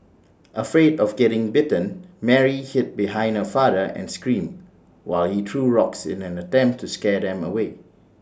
afraid of getting bitten Mary hid behind her father and screamed while he threw rocks in an attempt to scare them away